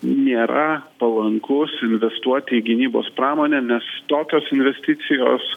nėra palankus investuoti į gynybos pramonę nes tokios investicijos